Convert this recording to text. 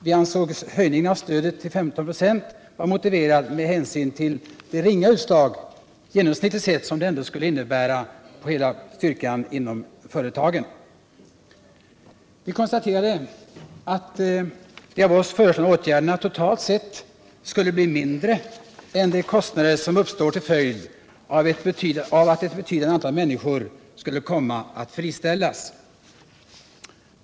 Vi ansåg att en höjning av stödet till 15 96 var motiverad av det ringa utslag genomsnittligt sett som 10 96 skulle innebära på hela styrkan inom företagen. Vi konstaterade att kostnaderna för de av oss föreslagna åtgärderna totalt sett skulle bli mindre än de kostnader som skulle uppstå av att ett betydande antal människor skulle komma att friställas.